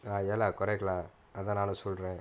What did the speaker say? ah ya lah correct lah அதான் நானு சொல்றேன்:athan naanu solraen